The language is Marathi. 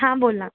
हां बोला